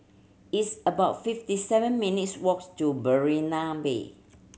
it's about fifty seven minutes' walks to Berrima Bay